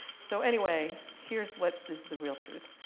so anyway, here's what is the real truth.